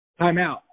timeout